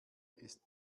ist